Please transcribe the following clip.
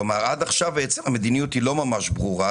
עד עכשיו בעצם המדיניות היא לא ממש ברורה.